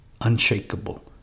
unshakable